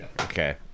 Okay